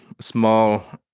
small